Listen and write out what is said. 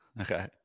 Okay